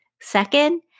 Second